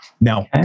Now